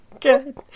Good